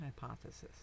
hypothesis